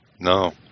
no